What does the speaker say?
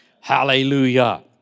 Hallelujah